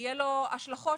יהיו השלכות.